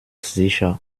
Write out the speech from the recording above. sicher